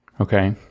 okay